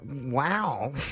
Wow